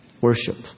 worship